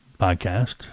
podcast